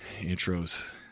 intros